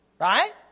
Right